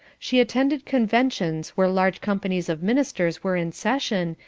she attended conventions where large companies of ministers were in session,